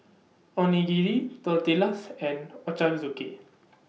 Onigiri Tortillas and Ochazuke